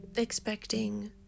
expecting